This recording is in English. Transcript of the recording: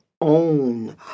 own